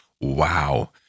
wow